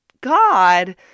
God